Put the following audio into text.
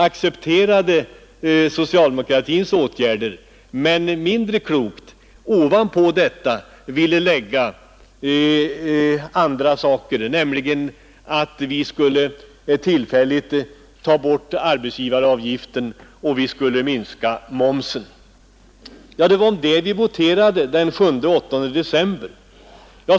— accepterade socialdemokratins åtgärder, men mindre klokt ovanpå dessa ville lägga andra åtgärder, nämligen att vi tillfälligt skulle ta bort arbetsgivaravgiften och minska momsen. Det var om det vi voterade den 8 december.